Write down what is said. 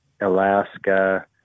Alaska